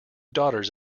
daughters